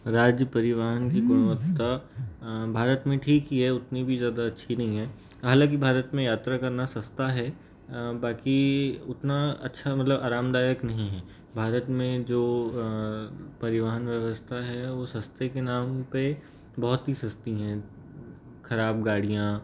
राज्य परिवहन की गुणवत्ता भारत में ठीक ही है उतनी भी ज़्यादा अच्छी नहीं है हालांकि भारत में यात्रा करना सस्ता है बाकी उतना अच्छा मतलब आरामदायक नहीं है भारत में जो परिवहन व्यवस्था है वह सस्ते के नाम पर बहुत ही सस्ती है खराब गाड़ियाँ